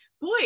boy